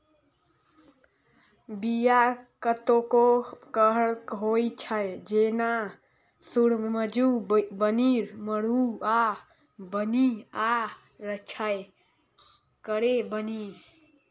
बीया कतेको करहक होइ छै जेना सुरजमुखीक बीया, मरुआक बीया आ रैंचा केर बीया